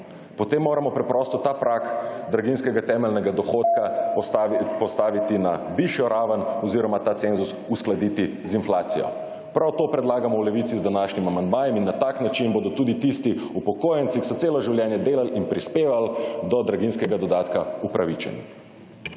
potem moramo preprosto ta prag draginjskega temeljnega dohodka postaviti na višjo raven oziroma ta cenzus uskladiti z inflacijo. Prav to predlagamo v Levici z današnjim amandmajem in na tako način bodo tudi tisti upokojenci, ki so celo življenje delali in prispevali, do draginjskega dodatka upravičeni.